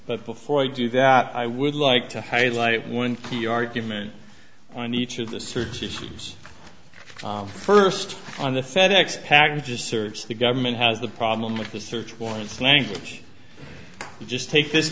but before i do that i would like to highlight one key argument on each of the search issues first on the fed ex packages search the government has the problem with the search warrants language you just take this